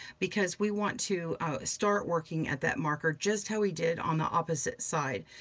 because we want to start working at that marker just how he did on the opposite side.